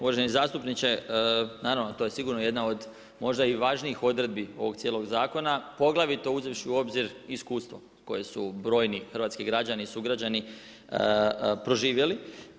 Uvaženi zastupniče, naravno to je sigurno jedna od možda i važnijih odredbi ovog cijelog zakona, poglavito uzevši u obzir iskustvo koje su brojni hrvatski građani i sugrađani proživjeli.